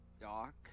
Doc